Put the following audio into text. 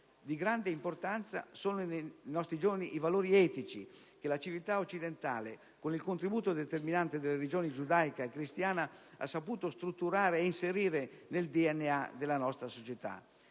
Di grande importanza per i nostri giovani sono i valori etici che la civiltà occidentale, con il contributo determinante delle religioni giudaica e cristiana, ha saputo strutturare e inserire nel DNA della nostra società.